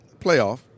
playoff